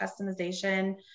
customization